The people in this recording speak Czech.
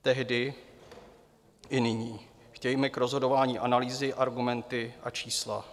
Tehdy i nyní chtějme k rozhodování analýzy, argumenty a čísla.